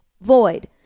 void